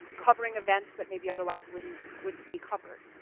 covering events that maybe otherwise wouldn't wouldn't be covered.